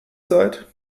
seid